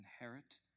inherit